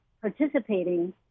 participating